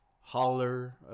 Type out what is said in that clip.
Holler